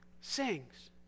sings